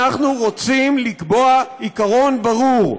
אנחנו רוצים לקבוע עיקרון ברור: